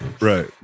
right